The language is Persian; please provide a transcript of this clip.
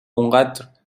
اونقدر